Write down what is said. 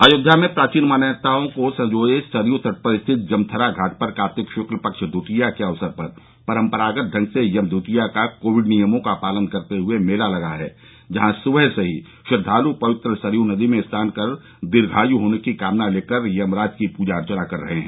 अयोध्या में प्राचीन मान्यताओं को संजोये सरयू तट स्थित जमथरा घाट पर कार्तिक श्क्ल पक्ष द्वितिया के अवसर पर परम्परागत ढंग से यम् द्वितिया का कोविड नियमों का पालन करते हुए मेला लगा है जहाँ सुबह से ही श्रद्वालु पवित्र सरयू नदी में स्नान कर दीर्घायु होने की कामना लेकर यमराज की प्रजा अर्चना कर रहे हैं